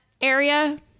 area